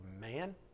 man